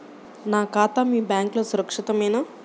నా ఖాతా మీ బ్యాంక్లో సురక్షితమేనా?